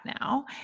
now